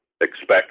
expect